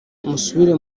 musubire